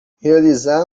realizar